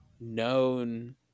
known